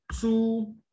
two